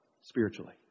spiritually